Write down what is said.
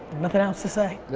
nothing else to say.